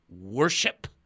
worship